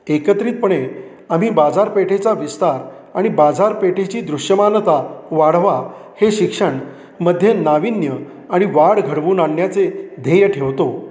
एकत्रितपणे आम्ही बाजारपेठेचा विस्तार आणि बाजारपेठेची दृश्यमानता वाढवा हे शिक्षण मध्ये नाविन्य आणि वाढ घडवून आणण्याचे ध्येय ठेवतो